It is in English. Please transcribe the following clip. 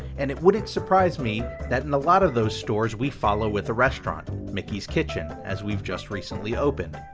and it wouldn't surprise me that in a lot of those stores we follow with a restaurant, mickey's kitchen, as we've just recently opened.